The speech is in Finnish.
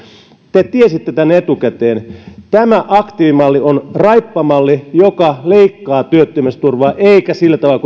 te tiesitte tämän etukäteen tämä aktiivimalli on raippamalli joka leikkaa työttömyysturvaa eikä ole sillä tavalla